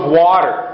water